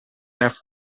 left